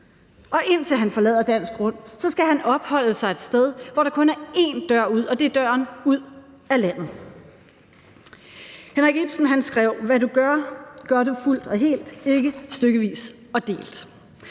Og indtil han forlader dansk grund, skal han opholde sig et sted, hvor der kun er én dør ud, og det er døren ud af landet. Henrik Ibsen skrev: »Hvad du gør, gør det fuldt og helt, ikke stykkevis og delt«.